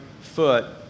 foot